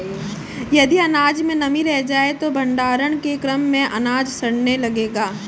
यदि अनाज में नमी रह जाए तो भण्डारण के क्रम में अनाज सड़ने लगेगा